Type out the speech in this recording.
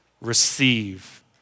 receive